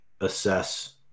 assess